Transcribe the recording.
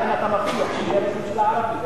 אלא אם כן אתה מבטיח שיהיה ראש ממשלה ערבי.